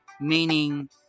meaning